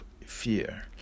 fear